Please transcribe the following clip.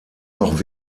noch